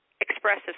expressive